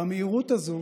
במהירות הזאת